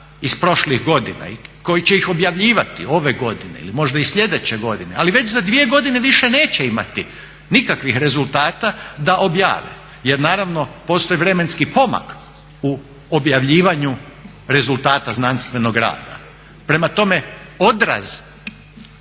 iz prošlih godina i koji će ih objavljivati ove godine ili možda i sljedeće godine. Ali već za dvije godine više neće imati nikakvih rezultata da objave, jer naravno postoji vremenski pomak u objavljivanju rezultata znanstvenog rada. Prema tome, odraz